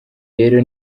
rero